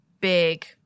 big